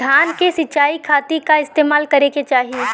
धान के सिंचाई खाती का इस्तेमाल करे के चाही?